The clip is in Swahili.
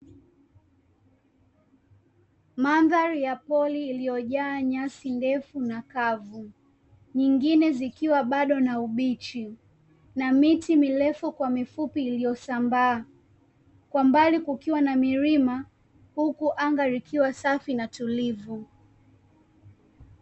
Mandhari ya pori iliyojaa nyasi ndefu na kavu nyingine zikiwa bado na ubichi na miti mirefu kwa mifupi iliyo sambaa. Kwa mbali kukiwa na milima huku anga likiwa safi na tulivu.